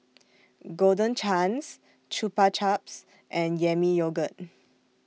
Golden Chance Chupa Chups and Yami Yogurt